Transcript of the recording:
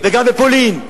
וגם בפולין,